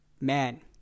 man